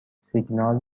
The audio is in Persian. سیگنال